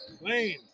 Lane